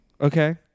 Okay